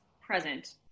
present